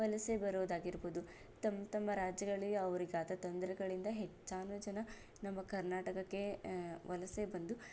ವಲಸೆ ಬರೋದಾಗಿರ್ಬೋದು ತಮ್ಮ ತಮ್ಮ ರಾಜ್ಯಗಳಲ್ಲಿ ಅವರಿಗಾದ ತೊಂದರೆಗಳಿಂದ ಹೆಚ್ಚಾದ ಜನ ನಮ್ಮ ಕರ್ನಾಟಕಕ್ಕೆ ವಲಸೆ ಬಂದು